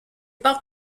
ports